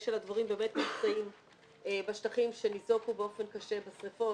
של הדבוראים באמת נמצא בשטחים שניזוקו באופן קשה בשריפות,